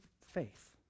faith